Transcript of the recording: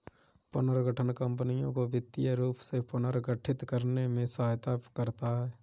पुनर्गठन कंपनियों को वित्तीय रूप से पुनर्गठित करने में सहायता करता हैं